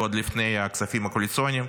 ועוד לפני הכספים הקואליציוניים,